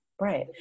Right